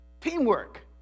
teamwork